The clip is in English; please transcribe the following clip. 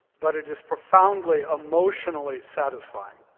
but it is profoundly emotionally satisfying.